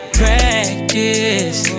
practice